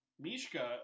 Mishka